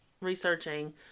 researching